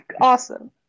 awesome